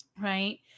right